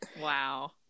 Wow